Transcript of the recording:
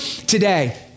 Today